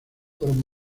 fueron